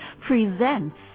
presents